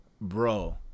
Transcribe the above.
bro